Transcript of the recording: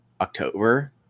October